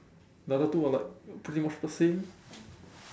the other two are like pretty much the same